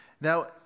Now